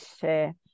share